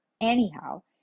Anyhow